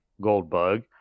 Goldbug